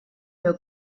your